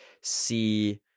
see